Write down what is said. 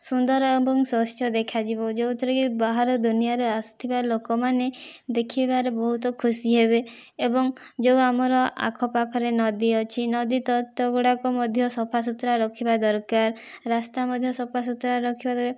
ସୁନ୍ଦର ଏବଂ ସ୍ଵଚ୍ଛ ଦେଖାଯିବ ଯୋଉଁଥିରେକି ବାହାର ଦୁନିଆରୁ ଆସୁଥିବା ଲୋକମାନେ ଦେଖି ଭାରି ବହୁତ ଖୁସି ହେବେ ଏବଂ ଯେଉଁ ଆମର ଆଖପାଖରେ ନଦୀ ଅଛି ନଦୀ ତତ୍ପ ଗୁଡ଼ାକ ମଧ୍ୟ ସଫାସୁତୁରା ରଖିବା ଦରକାର ରାସ୍ତା ମଧ୍ୟ ସଫାସୁତୁରା ରଖିବା